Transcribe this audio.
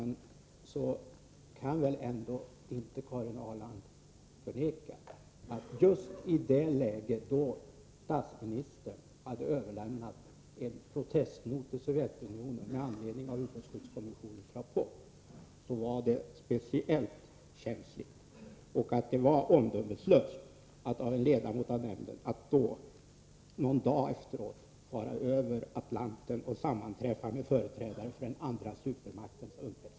Karin Ahrland kan väl ändå inte förneka att just i det läge då statsministern hade överlämnat en protestnot till Sovjetunionen med anledning av ubåtsskyddskommissionens rapport var det speciellt känsligt och att det var omdömeslöst av en ledamot av kommissionen att någon dag efteråt fara över Atlanten och sammanträffa med företrädare för den andra supermaktens underrättelsetjänst.